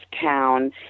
town